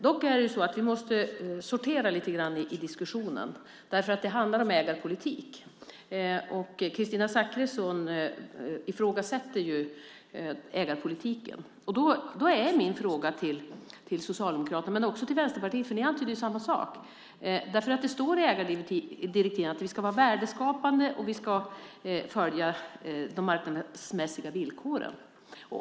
Dock måste vi sortera lite grann i diskussionen. Det handlar om ägarpolitik. Kristina Zakrisson ifrågasätter ägarpolitiken. Jag har en fråga till Socialdemokraterna och också till Vänsterpartiet, eftersom ni antyder samma sak. Det står i ägardirektiven att vi ska vara värdeskapande och följa de marknadsmässiga villkoren.